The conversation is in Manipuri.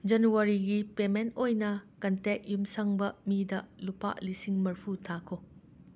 ꯖꯅꯋꯥꯔꯤꯒꯤ ꯄꯦꯃꯦꯟ ꯑꯣꯏꯅ ꯀꯟꯇꯦꯛ ꯌꯨꯝꯁꯪꯕ ꯃꯤꯗ ꯂꯨꯄꯥ ꯃꯔꯤꯐꯨ ꯊꯥꯈꯣ